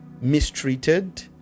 mistreated